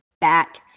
back